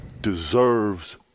deserves